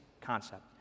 concept